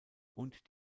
und